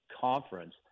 conference